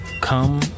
come